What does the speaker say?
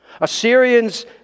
Assyrians